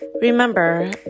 Remember